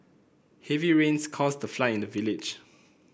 heavy rains caused a fly in the village